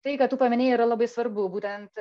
tai ką tu paminėjai yra labai svarbu būtent